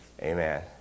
Amen